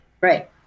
right